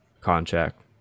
contract